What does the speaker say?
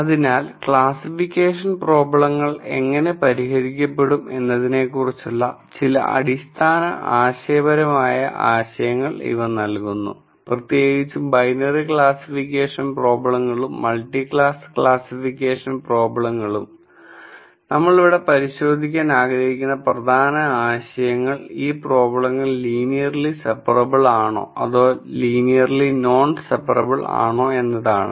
അതിനാൽ ക്ലാസ്സിഫിക്കേഷൻ പ്രോബ്ലങ്ങൾ എങ്ങനെ പരിഹരിക്കപ്പെടും എന്നതിനെക്കുറിച്ചുള്ള ചില അടിസ്ഥാന ആശയപരമായ ആശയങ്ങൾ ഇവ നൽകുന്നു പ്രത്യേകിച്ചും ബൈനറി ക്ലാസ്സിഫിക്കേഷൻ പ്രോബ്ലങ്ങളും മൾട്ടി ക്ലാസ് ക്ലാസ്സിഫിക്കേഷൻ പ്രോബ്ലങ്ങളും ഇവിടെ നമ്മൾ പരിശോധിക്കാൻ ആഗ്രഹിക്കുന്ന പ്രധാന ആശയങ്ങൾ ഈ പ്രോബ്ലങ്ങൾ ലീനിയർലി സെപ്പറബിൾ ആണോ അതോ ലീനിയർലി നോൺ സെപ്പറബിൾ ആണോ എന്നതാണ്